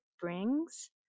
brings